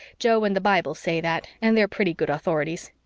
jo and the bible say that, and they are pretty good authorities.